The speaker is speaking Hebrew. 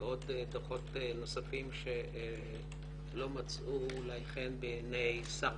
ועוד דוחות נוספים שלא מצאו אולי חן בעיני שר